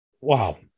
wow